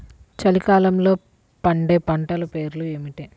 చలికాలంలో పండే పంటల పేర్లు ఏమిటీ?